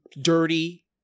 dirty